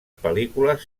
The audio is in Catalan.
pel·lícules